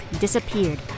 disappeared